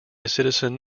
citizen